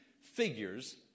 figures